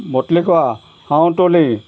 বতলি কোৱা শাওঁ তুলি